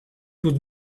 would